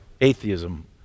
atheism